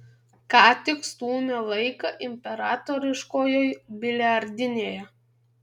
ką tik stūmė laiką imperatoriškojoj biliardinėje